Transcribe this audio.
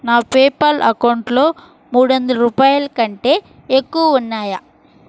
నా పేపాల్ అకౌంటులో మూడు వందల రూపాయల కంటే ఎక్కువ ఉన్నాయా